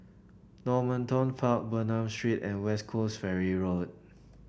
Normanton Park Bernam Street and West Coast Ferry Road